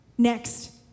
Next